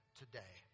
today